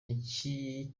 iki